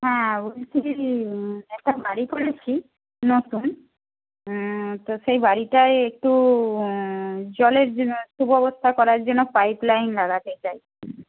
হ্যাঁ বলছি কী একটা বাড়ি করেছি নতুন তো সেই বাড়িটায় একটু জলের যে ব্যবস্থা করার জন্য পাইপলাইন লাগাতে চাই